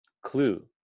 clue